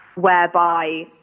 whereby